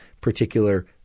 particular